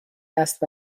است